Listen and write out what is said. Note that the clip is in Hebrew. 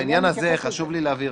בעניין הזה חשוב לי להבהיר,